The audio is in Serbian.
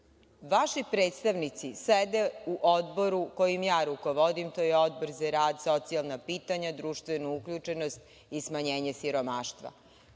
Vaši predstavnici sede u Odboru kojem ja rukovodim, to je Odbor za rad, socijalna pitanja, društvenu uključenost i smanjenje siromaštva.